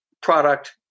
product